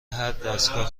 هردستگاه